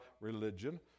religion